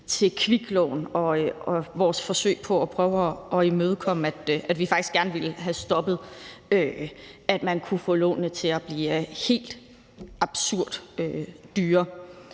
til kviklån og vores forsøg på at imødekomme, at vi faktisk gerne ville have stoppet, at man kunne få lånene til at blive helt absurd dyre.